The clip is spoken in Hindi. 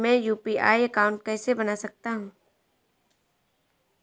मैं यू.पी.आई अकाउंट कैसे बना सकता हूं?